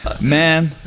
Man